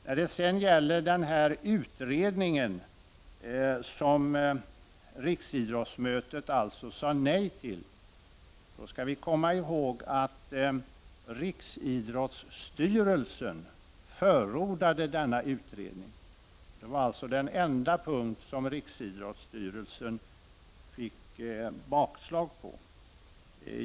När det sedan gäller den utredning som riksidrottsmötet sade nej till skall vi komma ihåg att Riksidrottsstyrelsen förordade denna utredning. Det var den enda punkt på vilken Riksidrottsstyrelsen fick bakslag.